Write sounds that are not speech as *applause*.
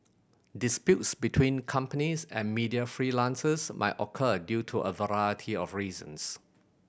disputes between companies and media freelancers might occur due to a *unintelligible* of reasons